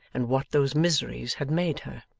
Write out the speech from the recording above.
and what those miseries had made her.